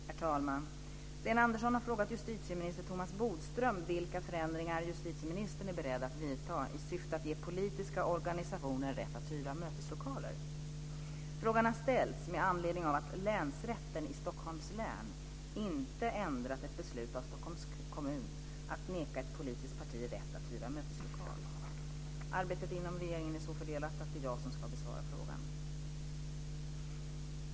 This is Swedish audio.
Herr talman! Sten Andersson har frågat justitieminister Thomas Bodström vilka förändringar justitieministern är beredd att vidta i syfte att ge politiska organisationer rätt att hyra möteslokaler. Frågan har ställts med anledning av att Länsrätten i Stockholms län inte ändrat ett beslut av Stockholms kommun att neka ett politiskt parti rätt att hyra möteslokal. Arbetet inom regeringen är så fördelat att det är jag som ska besvara frågan.